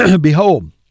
behold